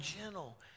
gentle